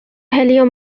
هلیوم